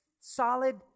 solid